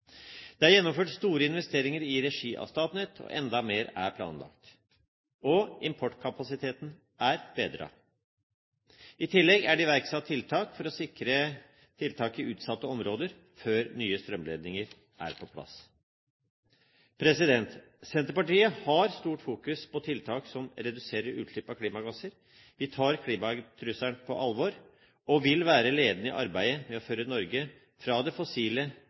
Det er gjennomført store investeringer i regi av Statnett – og enda mer er planlagt. Importkapasiteten er bedret. I tillegg er det iverksatt tiltak for å bedre situasjonen i utsatte områder før nye strømledninger er på plass. Senterpartiet fokuserer mye på tiltak som reduserer utslipp av klimagasser. Vi tar klimatrusselen på alvor og vil være ledende i arbeidet med å føre Norge fra det fossile